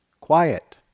quiet